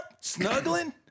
snuggling